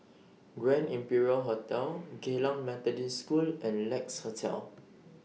Grand Imperial Hotel Geylang Methodist School and Lex Hotel